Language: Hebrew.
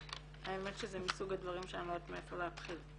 האמת שזה מסוג הדברים שאני לא יודעת מאיפה להתחיל.